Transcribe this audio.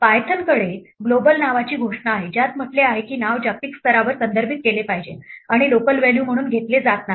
पायथनकडे global नावाची घोषणा आहे ज्यात म्हटले आहे की नाव जागतिक स्तरावर संदर्भित केले पाहिजे आणि लोकल व्हॅल्यू म्हणून घेतले जात नाही